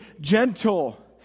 gentle